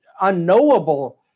unknowable